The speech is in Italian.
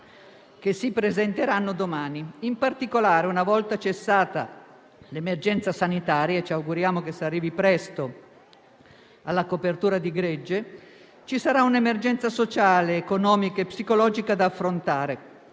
che si presenteranno domani. In particolare, una volta cessata l'emergenza sanitaria - e ci auguriamo che si arrivi presto all'immunità di gregge - ci sarà un'emergenza sociale, economica e psicologica da affrontare.